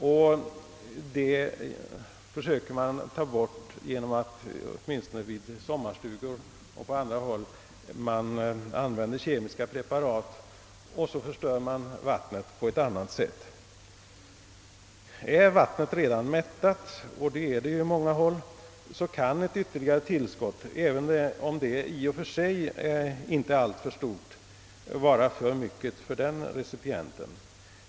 Vid sommarstugor och på en del andra håll försöker man ta bort denna växtlighet med hjälp av kemiska preparat, och därigenom förstörs vattnet på ett annat sätt. Är vattnet redan mättat, som det är på många håll, kan ett ytterligare tillskott, även om det i och för sig inte är så stort, vara för mycket för den recipienten.